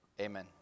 Amen